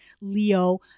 Leo